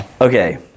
Okay